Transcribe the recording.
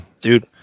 Dude